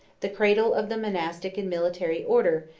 the cradle of the monastic and military order,